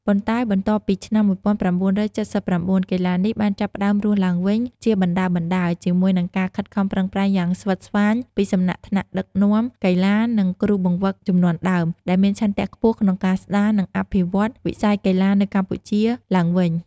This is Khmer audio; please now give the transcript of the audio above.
ប៉ុន្តែបន្ទាប់ពីឆ្នាំ១៩៧៩ កីឡានេះបានចាប់ផ្តើមរស់ឡើងវិញជាបណ្តើរៗ ជាមួយនឹងការខិតខំប្រឹងប្រែងយ៉ាងស្វិតស្វាញពីសំណាក់ថ្នាក់ដឹកនាំកីឡា និងគ្រូបង្វឹកជំនាន់ដើម ដែលមានឆន្ទៈខ្ពស់ក្នុងការស្តារ និងអភិវឌ្ឍវិស័យកីឡានៅកម្ពុជាឡើងវិញ ។